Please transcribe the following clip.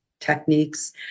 techniques